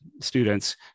students